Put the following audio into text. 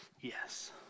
yes